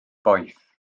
boeth